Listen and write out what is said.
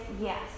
yes